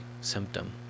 symptom